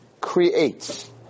creates